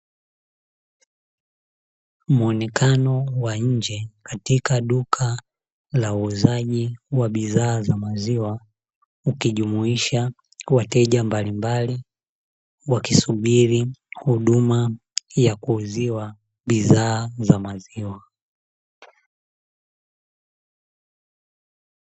Muonekano wa nje katika duka la uuzaji wa bidhaa za maziwa, ukijumuisha wateja mbalimbali wakisubiri huduma ya kuuziwa bidhaa za maziwa.